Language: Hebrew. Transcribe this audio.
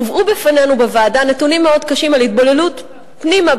הובאו בפנינו בוועדה נתונים מאוד קשים על התבוללות פנימה,